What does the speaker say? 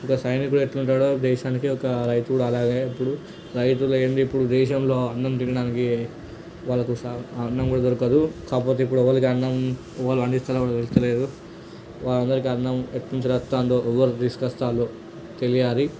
ఒక సైనికుడు ఎట్లుంటాడో దేశానికి ఒక రైతు కూడా అలాగే ఇప్పుడు రైతు లేనిదే ఇప్పుడు దేశంలో అన్నం తినడానికి వాళ్ళకు సహ అన్నం కూడా దొరకదు కాకపోతే ఇప్పుడు ఎవరికి అన్నం ఎవరు పండిస్తున్నారు తెలుస్తలేదు వాళ్ళందరికీ అన్నం ఎట్నుంచి వస్తుందో ఎవరు తీసుకోస్తున్నారో తెలియాలి